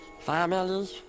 Family